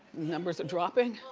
numbers are dropping.